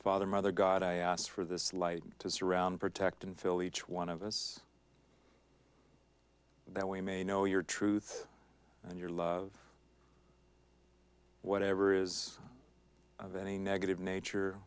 father mother god i asked for this light to surround protect and fill each one of us that we may know your truth and your love whatever is of any negative nature